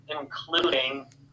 including